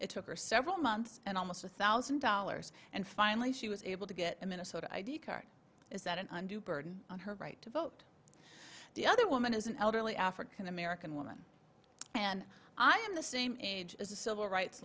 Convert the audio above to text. it took her several months and almost a thousand dollars and finally she was able to get a minnesota i d card is that an undue burden on her right to vote the other woman is an elderly african american woman and i am the same age as a civil rights